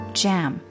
jam 。